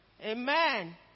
Amen